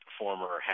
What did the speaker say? former